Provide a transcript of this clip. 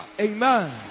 amen